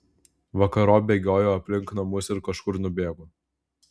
vakarop bėgiojo aplink namus ir kažkur nubėgo